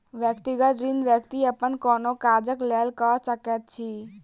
व्यक्तिगत ऋण व्यक्ति अपन कोनो काजक लेल लऽ सकैत अछि